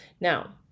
Now